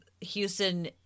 Houston